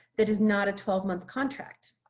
that is not a twelve month contract.